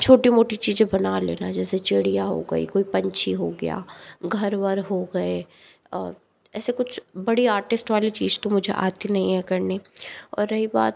छोटी मोटी चीज़ें बना लेना जैसे चिड़िया हो गई कोई पंछी हो गया घर वर हो गए ऐसा कुछ बड़ी आर्टिस्ट वाली चीज तो मुझे आती नहीं है करनी और रही बात